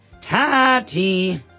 Tati